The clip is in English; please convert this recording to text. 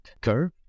curve